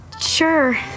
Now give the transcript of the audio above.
Sure